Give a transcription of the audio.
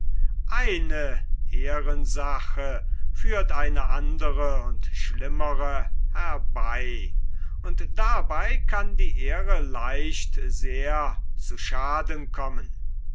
eine ehrensache führt eine andre und schlimmere herbei und dabei kann die ehre leicht sehr zu schaden kommen